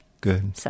Good